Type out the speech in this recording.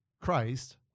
Christ